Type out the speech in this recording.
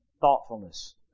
Thoughtfulness